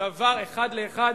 אחד לאחד.